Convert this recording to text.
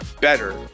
better